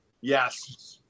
Yes